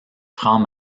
franc